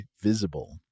Visible